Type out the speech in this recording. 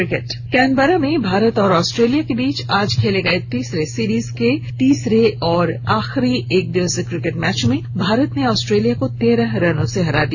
cricket match Canberra में भारत और Australia के बीच आज खेले गये तीसरे सीरीज के तीसरे और आखिरी एकदिवसीय क्रिकेट मैच में भारत ने ऑस्ट्रेलिया को तेरह रनों से हरा दिया